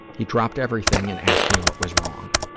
he dropped everything and asked me what was wrong.